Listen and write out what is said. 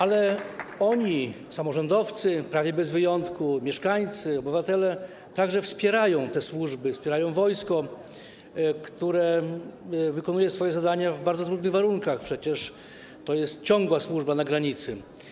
Ale oni, samorządowcy, prawie bez wyjątku, mieszkańcy, obywatele także wspierają te służby, wspierają wojsko, które wykonuje swoje zadania w bardzo trudnych warunkach - przecież to jest ciągła służba na granicy.